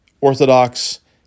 Orthodox